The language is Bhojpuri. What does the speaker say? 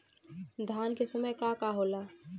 धान के समय का का होला?